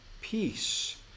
peace